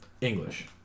English